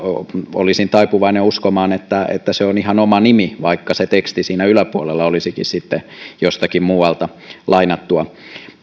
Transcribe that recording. olisin taipuvainen uskomaan että että se on ihan oma nimi vaikka se teksti siinä yläpuolella olisikin sitten jostakin muualta lainattua